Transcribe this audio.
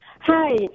Hi